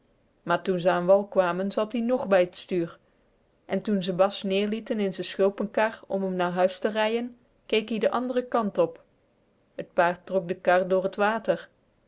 maar toen ze an wal kwamen zat-ie nog bij t stuur en toen ze bas neerlieten in z'n schulpenkar om m naar huis te rijjen keek ie den anderen kant op t paard trok de kar door t water